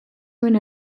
nuen